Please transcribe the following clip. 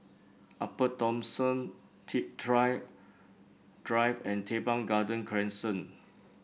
Upper Thomson Thrift Drive Drive and Teban Garden Crescent